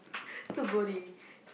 so boring